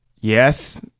Yes